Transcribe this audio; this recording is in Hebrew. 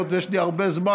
היות שיש לי הרבה זמן,